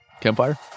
Campfire